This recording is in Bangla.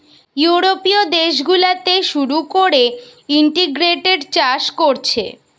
ইউরোপীয় দেশ গুলাতে শুরু কোরে ইন্টিগ্রেটেড চাষ কোরছে